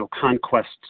conquests